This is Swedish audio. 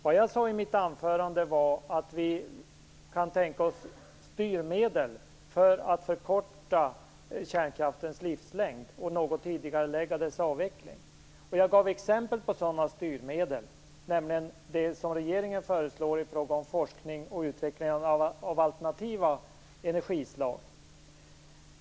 Vad jag sade i mitt anförande var att vi kan tänka oss styrmedel för att förkorta kärnkraftens livslängd och något tidigarelägga dess avveckling. Jag gav exempel på sådana styrmedel, nämligen det som regeringen föreslår i fråga om forskning och utveckling av alternativa energislag.